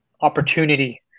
opportunity